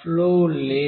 flow లేదు